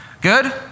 Good